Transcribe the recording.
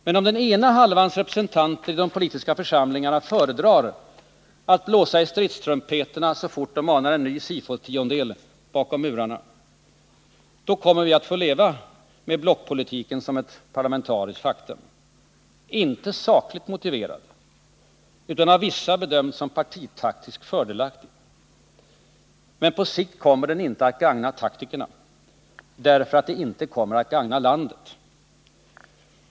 Men om den ena halvans representanter i de politiska församlingarna föredrar att blåsa i stridstrumpeterna så fort de anar en ny SIFO-tiondel bakom murarna, då kommer vi att få leva med blockpolitiken som ett parlamentariskt faktum — inte sakligt motiverat, utan av vissa bedömt som partitaktiskt fördelaktigt. Men på sikt kommer detta inte att gagna taktikerna, därför att det inte kommer att gagna landet.